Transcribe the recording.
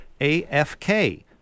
AFK